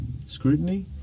scrutiny